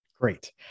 Great